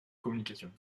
communication